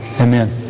Amen